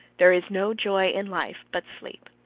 there is no joy in life but sleep.